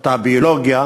אותה ביולוגיה